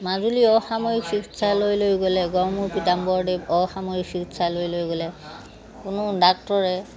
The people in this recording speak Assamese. মাজুলী অসামৰিক চিকিৎসালয়লৈ গ'লে গড়মুৰ পিতাম্বৰদেৱ অসামৰিক চিকিৎসালয়লৈ গ'লে কোনো ডাক্তৰে